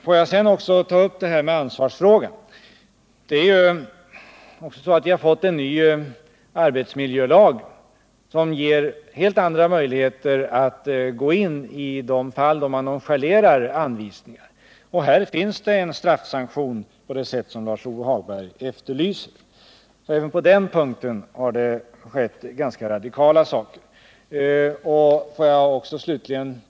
När det gäller ansvarsfrågan har vi ju fått en ny arbetsmiljölag som ger helt andra möjligheter att gå in i de fall där man nonchalerat anvisningarna beträffande asbest. Här finns en straffsanktion av det slag som Lars-Ove Hagberg efterlyser, och ganska radikala åtgärder har vidtagits.